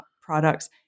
products